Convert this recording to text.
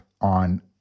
on